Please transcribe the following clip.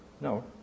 No